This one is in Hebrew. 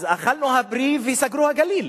אז אכלנו הפרי וסגרו הגליל.